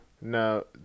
No